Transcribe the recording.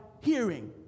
hearing